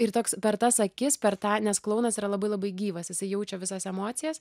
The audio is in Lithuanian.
ir toks per tas akis per tą nes klounas yra labai labai gyvas jisai jaučia visas emocijas